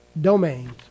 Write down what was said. Domains